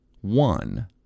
one